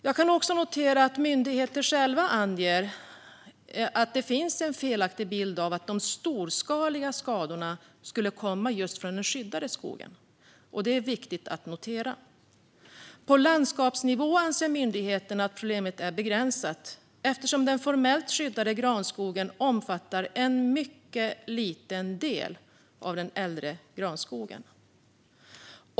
Jag noterar också att myndigheter själva anger att det finns en felaktig bild av att de storskaliga skadorna skulle komma från just den skyddade skogen. Detta är viktigt att notera. På landskapsnivå anser myndigheterna att problemet är begränsat eftersom den formellt skyddade granskogen omfattar en mycket liten del av den äldre granskogen.